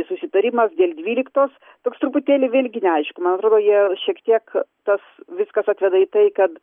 susitarimas dėl dvyliktos toks truputėlį vėlgi neaišku man atrodo jie šiek tiek tas viskas atvirai tai kad